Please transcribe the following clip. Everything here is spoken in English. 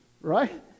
right